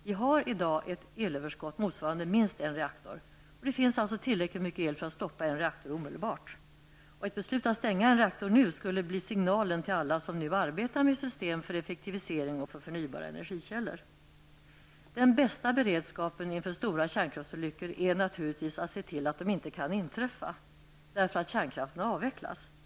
Vi har i dag ett elöverskott motsvarande minst en reaktor. Det finns alltså tillräckligt mycket el för att stoppa en reaktor omedelbart. Ett beslut att stänga en reaktor nu skulle bli signalen till alla som nu arbetar med system för effektivisering och för förnybara energikällor. Den bästa beredskapen inför stora kärnkraftsolyckor är naturligtvis att se till att de inte kan inträffa, därför att kärnkraften avvecklas.